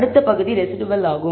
அடுத்த பகுதி ரெஸிடுவல் ஆகும்